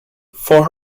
for